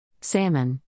Salmon